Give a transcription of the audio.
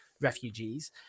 refugees